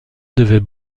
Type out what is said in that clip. devaient